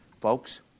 Folks